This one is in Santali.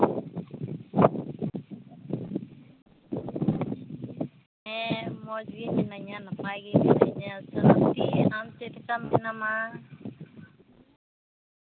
ᱦᱮᱸ ᱢᱚᱡᱽᱜᱮ ᱢᱤᱱᱟᱹᱧᱟ ᱱᱟᱯᱟᱭ ᱜᱮ ᱢᱤᱱᱟᱹᱧᱟ ᱥᱚᱨᱚᱥᱚᱛᱤ ᱟᱢ ᱪᱮᱫᱞᱮᱠᱟ ᱢᱮᱱᱟᱢᱟ